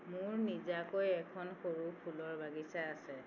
মোৰ নিজাকৈ এখন সৰু ফুলৰ বাগিচা আছে